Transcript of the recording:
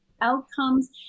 outcomes